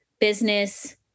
business